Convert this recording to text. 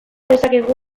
dezakegu